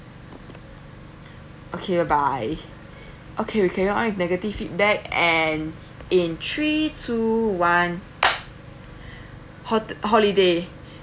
okay bye bye okay we carry on negative feedback and in three two one hote~ holiday